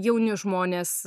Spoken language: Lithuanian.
jauni žmonės